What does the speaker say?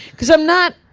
cause i'm not.